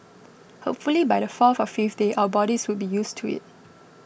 hopefully by the fourth or fifth day our bodies would be used to it